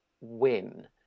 win